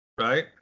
right